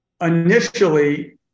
initially